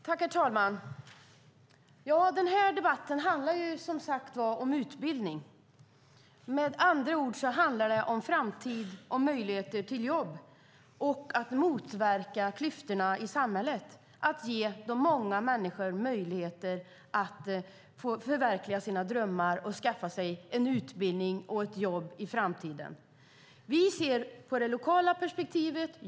Herr talman! Debatten handlar som sagt om utbildning. Med andra ord handlar den om framtid och möjligheter till jobb och om att motverka klyftorna i samhället. Den handlar om att ge de många människorna möjligheter att förverkliga sina drömmar och skaffa sig en utbildning och ett jobb i framtiden. Vi ser på det lokala perspektivet.